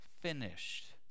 finished